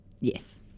Yes